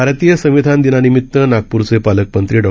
भारतीय संविधान दिनानिमित नागपूरचे पालकमंत्री डॉ